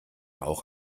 auch